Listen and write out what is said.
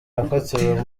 yafatiwe